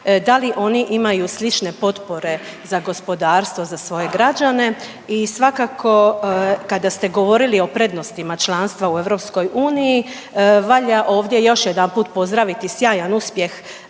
dali oni imaju slične potpore za gospodarstvo za svoje građane? I svakako kada ste govorili o prednostima članstva u EU valja ovdje još jedanput pozdraviti sjajan uspjeh